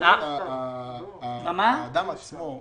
מבחינת האדם עצמו,